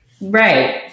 right